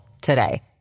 today